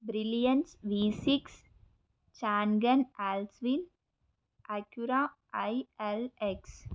brilliance V six Changan Alsvin Acura ILX